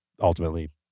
ultimately